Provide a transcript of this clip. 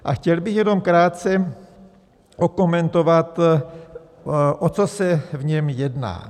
A chtěl bych jenom krátce okomentovat, o co se v něm jedná.